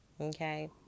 Okay